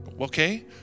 Okay